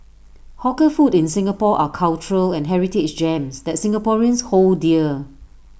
hawker food in Singapore are cultural and heritage gems that Singaporeans hold dear